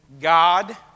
God